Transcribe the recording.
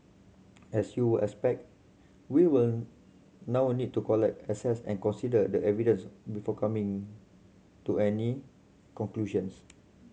as you will expect we will now need to collect assess and consider the evidence before coming to any conclusions